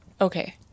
Okay